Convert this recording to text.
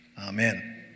Amen